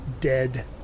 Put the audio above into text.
dead